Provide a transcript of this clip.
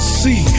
see